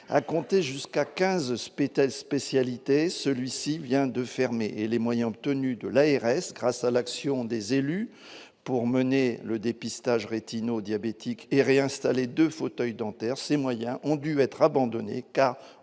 quinze spé telle spécialité, celui-ci vient de fermer et les moyens obtenus de la RS grâce à l'action des élus pour mener le dépistage Ratinho diabétiques et réinstallé 2 fauteuils dentaires ces moyens ont dû être abandonnés car